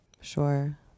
sure